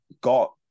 got